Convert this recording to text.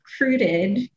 recruited